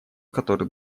который